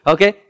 Okay